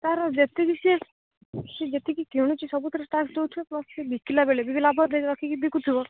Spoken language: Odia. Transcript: ତା'ର ଯେତିକି ସିଏ ସିଏ ଯେତିକି କିଣୁଚି ସବୁଥିରେ ଟାକ୍ସ୍ ଦେଉଥିବ ପ୍ଲସ୍ ସିଏ ବିକିଲା ବେଳେ ବି ଲାଭ ରଖିକି ବିକୁଥିବ